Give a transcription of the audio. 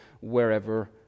wherever